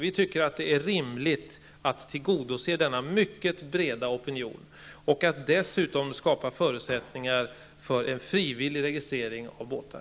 Vi tycker att det är rimligt att tillgodose denna mycket breda opinions krav och dessutom skapa förutsättningar för en frivillig registrering av båtar.